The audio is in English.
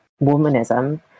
womanism